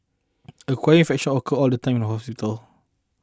acquired infections occur all the time in hospitals